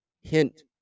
hint